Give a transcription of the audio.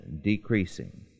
decreasing